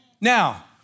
Now